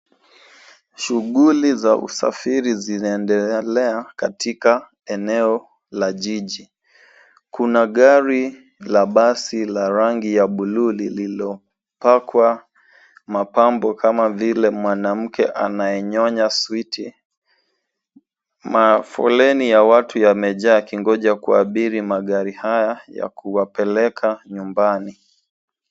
Shughuli za usafiri zinaendelea katika eneo la jiji. Kuna gari la basi la rangi ya buluu lililopakwa mapambo kama vile mwanamke anayenyonya switi. Mafoleni ya watu yamejaa yakingoja kuabiri magari haya ya kuwapeleka nyumbani.